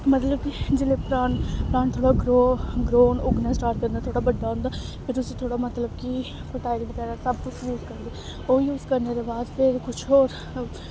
मतलब कि जेल्लै प्ला प्लांट थोह्ड़ा ग्रो होना उग्गना स्टार्ट करदा थोह्ड़ा बड्डा होंदा फिर तुस थोह्ड़ा मतलब कि फटाईल बगैरा सब कुछ यूज़ करदे ओह् यूज़ करने दे बाद फिर कुछ होर